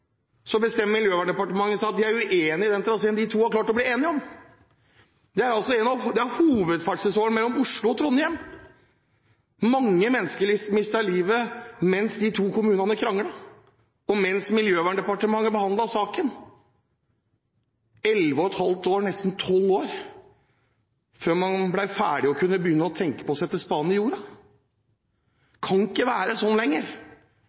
bestemmer Miljøverndepartementet seg for at de er uenig i den traseen de to har klart å bli enige om. Dette er hovedferdselsåren mellom Oslo og Trondheim! Mange mennesker har mistet livet mens de to kommunene kranglet og Miljøverndepartementet behandlet saken. Det tok nesten tolv år før man ble ferdig og kunne begynne å tenke på å sette spaden i jorda. Det kan ikke være sånn lenger.